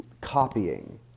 copying